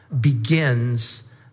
begins